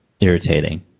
irritating